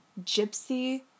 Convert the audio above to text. Gypsy